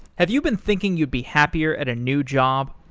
have you been thinking you'd be happier at a new job?